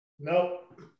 Nope